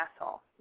asshole